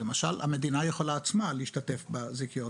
למשל המדינה יכולה עצמה להשתתף בזיכיון